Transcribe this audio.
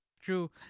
True